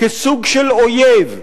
כסוג של אויב,